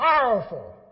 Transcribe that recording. powerful